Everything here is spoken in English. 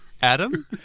Adam